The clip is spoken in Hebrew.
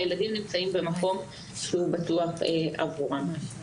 והילדים נמצאים במקום שהוא בטוח עבורם.